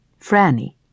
franny